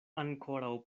ankoraŭ